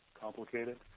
complicated